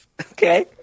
Okay